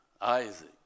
Isaac